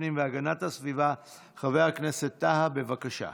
הסביבה חבר הכנסת טאהא, בבקשה.